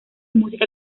música